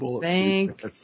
Thank